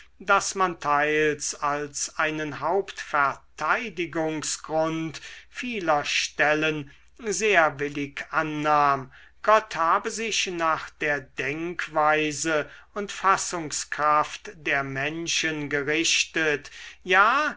daß man teils als einen hauptverteidigungsgrund vieler stellen sehr willig annahm gott habe sich nach der denkweise und fassungskraft der menschen gerichtet ja